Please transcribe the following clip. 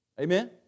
Amen